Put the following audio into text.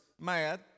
mad